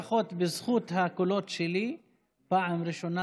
לפחות בזכות הקולות שלי פעם ראשונה